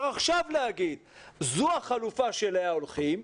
עכשיו לומר שזו החלופה אליה הולכים,